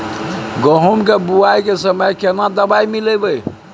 गहूम के बुनाई के समय केना दवाई मिलैबे?